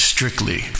Strictly